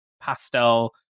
pastel